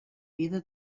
vida